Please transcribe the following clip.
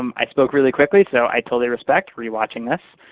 um i spoke really quickly, so i totally respect re-watching this,